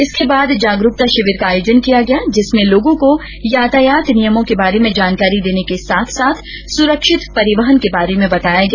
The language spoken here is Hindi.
इसके बाद जागरूकता शिविर का आयोजन किया गया जिसमें लोगों को यातायात नियमों के बारे में जानकारी देने के साथ सुरक्षित परिवहन के बारे बताया गया